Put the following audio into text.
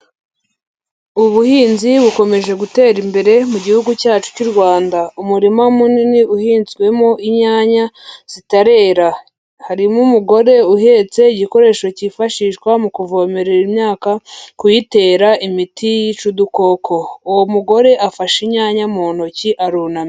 Ubuhinzi bukomeje gutera imbere mu gihugu cyacu cy'u Rwanda, umurima munini uhinzwemo inyanya zitarera, harimo umugore uhetse igikoresho cyifashishwa mu kuvomerera imyaka kuyitera imiti yica udukoko, uwo mugore afashe inyanya mu ntoki arunamye.